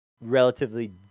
relatively